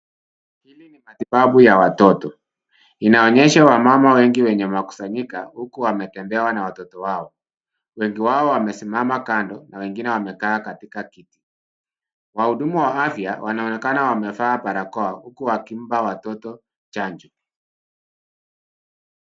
Hili ni matibabu ya watoto, inaonyesha wamama wengi wenye masukanyika, huku wametembewa na watoto wao, wengi wao wamesimama, kando, na wengine wamekaa katikati. Wahudumu wa afya wanaonekana wamevaa barakoa, huku wakimpa watoto chanjo.